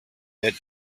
that